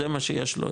זה מה שיש לו,